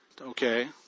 Okay